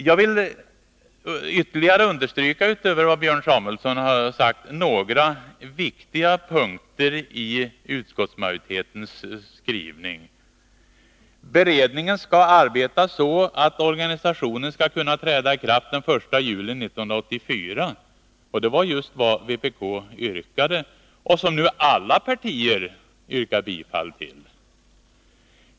Jag vill ytterligare understryka — utöver vad Björn Samuelson har sagt — några viktiga punkter i utskottsmajoritetens skrivning. Beredningen skall arbeta så att organisationen skall kunna träda i kraft den 1 juli 1984. Det var just vad vpk yrkade, och det är vad alla partier nu yrkar bifall till.